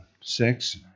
six